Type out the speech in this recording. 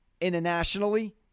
Internationally